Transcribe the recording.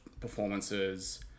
performances